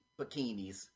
bikinis